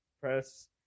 Press